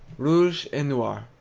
rouge et noir.